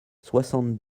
soixante